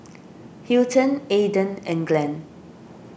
Hilton Aidan and Glen